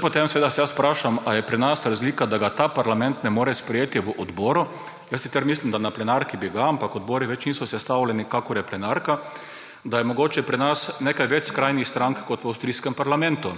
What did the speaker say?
Potem se vprašam, ali je pri nas razlika, da ga ta parlament ne more sprejeti na odboru – jaz sicer mislim, da na plenarki bi ga, ampak odbori niso več sestavljeni, kakor je plenarka – da je mogoče pri nas nekaj več skrajnih strank kot v avstrijskem parlamentu.